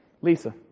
Lisa